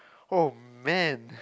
oh man